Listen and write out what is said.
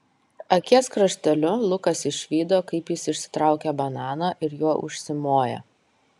akies krašteliu lukas išvydo kaip jis išsitraukia bananą ir juo užsimoja